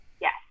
Yes